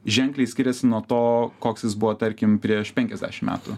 ženkliai skiriasi nuo to koks jis buvo tarkim prieš penkiasdešim metų